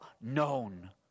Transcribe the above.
known